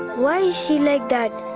why is she like that?